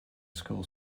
school